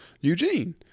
Eugene